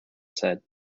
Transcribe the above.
said